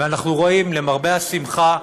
ואנחנו רואים, למרבה השמחה,